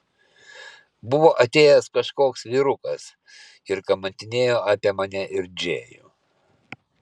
buvo atėjęs kažkoks vyrukas ir kamantinėjo apie mane ir džėjų